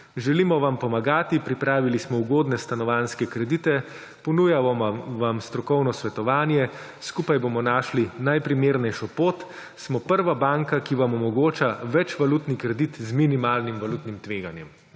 »Želimo vam pomagati. Pripravili smo ugodne stanovanjske kredite, ponujamo vam strokovno svetovanje, skupaj bomo našli najprimernejšo pot. Smo prva banka, ki vam omogoča večvalutni kredit z minimalnim valutnim tveganjem.«